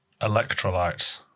Electrolytes